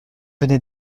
venait